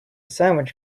sandwich